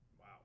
Wow